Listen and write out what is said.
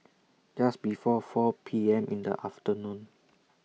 Just before four P M in The afternoon